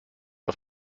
auf